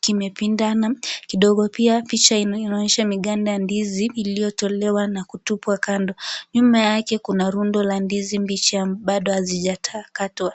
kimepindana kidogo. Pia picha inaonyesha miganda ya ndizi iliyotolewa na kutupwa kando. Nyuma yake kuna rundo la ndizi mbichi badi hazija katwa.